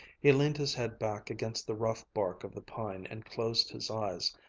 he leaned his head back against the rough bark of the pine, and closed his eyes.